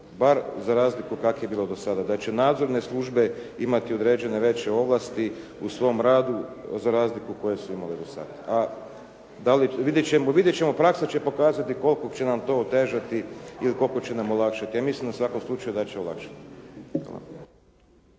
bar za razliku kako je bilo do sada. Da će nadzorne službe imati veće određene ovlasti u svom radu za razliku koje su imali do sada. Vidjet ćemo praksa će pokazati koliko će nam to otežati ili koliko će nam olakšati. Ja mislim u svakom slučaju da će olakšati.